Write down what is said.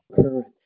current